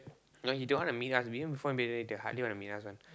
no he don't want to meet us we informed already he hardly want to meet us one